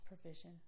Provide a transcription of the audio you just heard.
provision